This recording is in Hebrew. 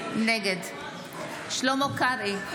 נגד שלמה קרעי,